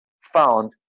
found